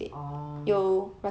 oh